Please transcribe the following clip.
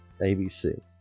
ABC